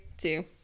two